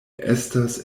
estas